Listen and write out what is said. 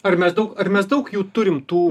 ar mes daug ar mes daug jau turim tų